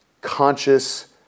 conscious